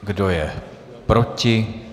Kdo je proti?